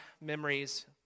memories